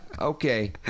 Okay